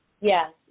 Yes